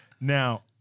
Now